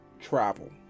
travel